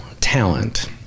talent